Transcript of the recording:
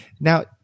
Now